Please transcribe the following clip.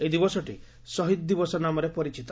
ଏହି ଦିବସଟି ଶହୀଦ୍ ଦିବସ ନାମରେ ପରିଚିତ